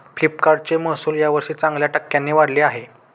फ्लिपकार्टचे महसुल यावर्षी चांगल्या टक्क्यांनी वाढले आहे